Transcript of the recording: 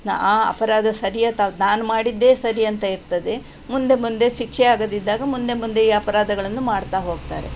ನ ಆ ಅಪರಾಧ ಸರಿಯ ತಪ್ಪಾ ನಾನು ಮಾಡಿದ್ದೇ ಸರಿ ಅಂತ ಇರ್ತದೆ ಮುಂದೆ ಮುಂದೆ ಶಿಕ್ಷೆ ಆಗದಿದ್ದಾಗ ಮುಂದೆ ಮುಂದೆ ಈ ಅಪರಾಧಗಳನ್ನು ಮಾಡ್ತಾ ಹೋಗ್ತಾರೆ